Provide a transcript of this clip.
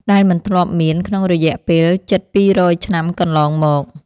ដែលមិនធ្លាប់មានក្នុងរយៈពេលជិតពីររយឆ្នាំកន្លងមក។